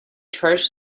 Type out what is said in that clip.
charge